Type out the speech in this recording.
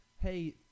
hey